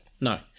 No